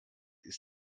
ist